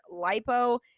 lipo